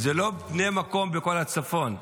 זה לא בני המקום בכל הצפון.